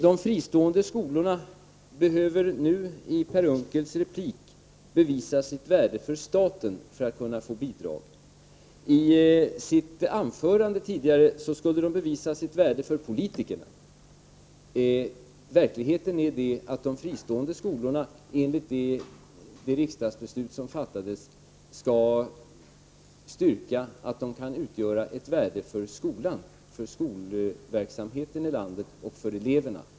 De fristående skolorna behöver nu, efter vad Per Unckel sade i sin replik, bevisa sitt värde för staten för att få bidrag. I huvudanförandet sade Per Unckel att de skulle bevisa sitt värde för politikerna. Verkligheten är den att de fristående skolorna enligt det riksdagsbeslut som fattats skall styrka att de kan utgöra ett värde för skolan — för skolverksamheten i landet och för eleverna.